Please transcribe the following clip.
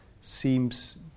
seems